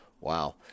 Wow